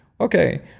Okay